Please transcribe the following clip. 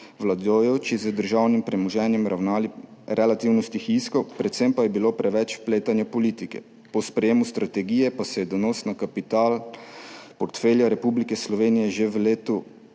vladajoči z državnim premoženjem ravnali relativno stihijsko, predvsem pa je bilo preveč vpletanja politike, po sprejetju strategije pa se je donos na kapital portfelja Republike Slovenije že v